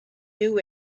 new